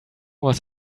was